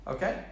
Okay